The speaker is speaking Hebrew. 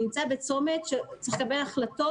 נמצא בצומת שבו הוא צריך לקבל החלטות